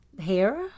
Hair